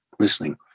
listening